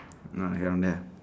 not around there